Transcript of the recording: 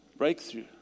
Breakthrough